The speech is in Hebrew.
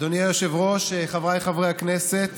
אדוני היושב-ראש, חבריי חברי הכנסת,